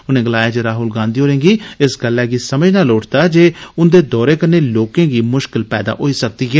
उनें गलाया जे राहुल गांधी होरें गी इस गल्ला गी समझना लोड़चदा जे उन्दे दौरे कन्नै लोकें गी मुश्किल पैदा होई सकदी ऐ